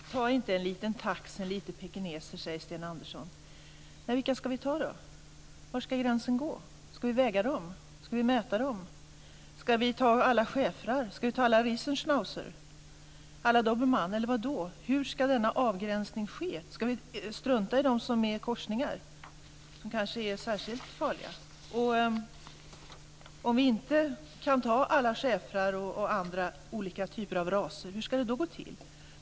Fru talman! Ta inte en liten tax och en liten pekineser, säger Sten Andersson. Vilka ska vi ta då? Var ska gränsen gå? Ska vi väga och mäta dem? Ska vi ta alla schäfrar, alla riesenschnauzrar och alla dobermann? Hur ska denna avgränsning ske? Ska vi strunta i korsningarna, som kanske är särskilt farliga? Om vi inte kan ta alla schäfrar och andra olika typer av raser, hur ska det då gå till?